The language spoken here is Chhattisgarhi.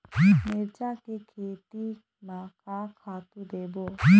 मिरचा के खेती म का खातू देबो?